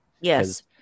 Yes